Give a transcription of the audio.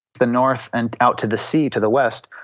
the north and out to the sea, to the west,